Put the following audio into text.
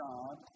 God